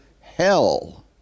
hell